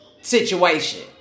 situation